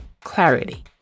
clarity